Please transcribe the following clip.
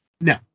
No